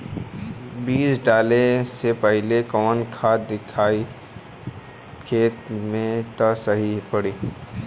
बीज डाले से पहिले कवन खाद्य दियायी खेत में त सही पड़ी?